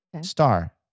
star